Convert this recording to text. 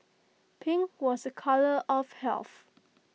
pink was A colour of health